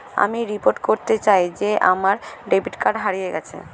আমি রিপোর্ট করতে চাই যে আমার ডেবিট কার্ডটি হারিয়ে গেছে